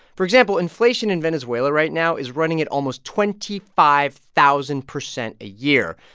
for example, inflation in venezuela right now is running at almost twenty five thousand percent a year.